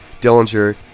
Dillinger